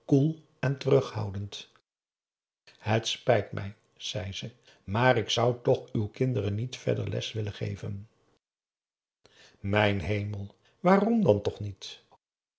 en terughoudend het spijt mij zei ze maar ik zou toch uw kinderen niet verder les willen geven mijn hemel waarom dan toch niet